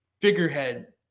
figurehead